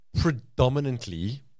predominantly